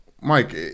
Mike